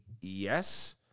yes